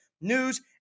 news